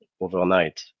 Overnight